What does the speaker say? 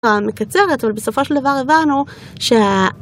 ה...מקצרת, אבל בסופו של דבר הבנו שה...